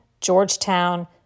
Georgetown